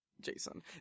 Jason